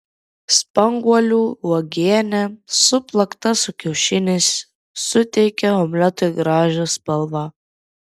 spanguolių uogienė suplakta su kiaušiniais suteikia omletui gražią spalvą